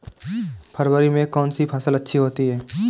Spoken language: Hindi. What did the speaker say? फरवरी में कौन सी फ़सल अच्छी होती है?